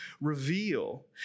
reveal